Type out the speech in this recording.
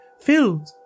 filled